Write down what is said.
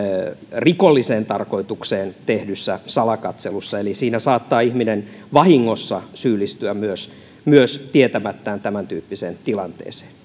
rikolliseen tarkoitukseen tehdyssä salakatselussa eli siinä saattaa ihminen vahingossa syyllistyä myös myös tietämättään tämäntyyppiseen tilanteeseen